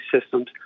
systems